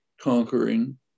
conquering